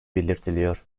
belirtiliyor